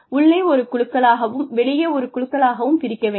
உள்ளே ஒரு குழுக்களாகவும் வெளியே ஒரு குழுக்களாகவும் பிரிக்க வேண்டாம்